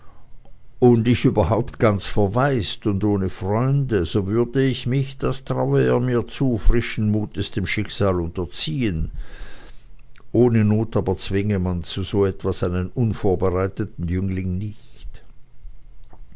und ich überhaupt ganz verwaist und ohne freunde so würde ich mich das traue er mir zu frischen mutes dem schicksal unterziehen ohne not aber zwinge man zu so etwas einen unvorbereiteten jüngling nicht